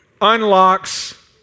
unlocks